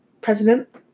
president